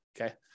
Okay